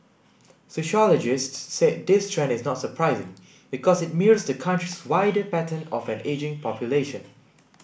sociologists said this trend is not surprising because it mirrors the country's wider pattern of an ageing population